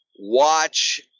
watch